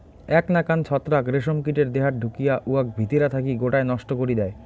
এ্যাক নাকান ছত্রাক রেশম কীটের দেহাত ঢুকিয়া উয়াক ভিতিরা থাকি গোটায় নষ্ট করি দ্যায়